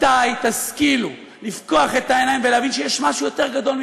מתי תשכילו לפקוח את העיניים ולהבין שיש משהו יותר גדול מכם?